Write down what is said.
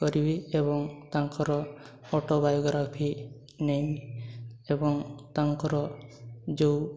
କରିବି ଏବଂ ତାଙ୍କର ଅଟୋବାୟୋଗ୍ରାଫି ନେଇ ଏବଂ ତାଙ୍କର ଯେଉଁ